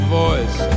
voice